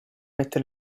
mette